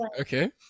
okay